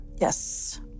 Yes